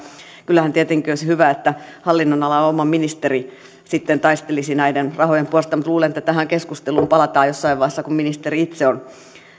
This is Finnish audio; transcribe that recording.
kyllähän tietenkin olisi hyvä että hallinnonalan oma ministeri sitten taistelisi näiden rahojen puolesta mutta luulen että tähän keskusteluun palataan jossain vaiheessa kun ministeri itse on